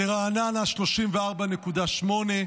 ברעננה, 34.8,